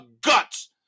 guts